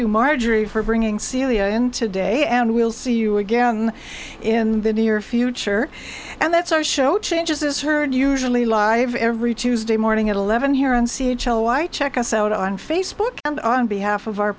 you marjorie for bringing celia in today and we'll see you again in the near future and that's our show changes is heard usually live every tuesday morning at eleven here and c h l why check us out on facebook and on behalf of our